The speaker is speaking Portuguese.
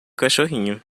cachorrinho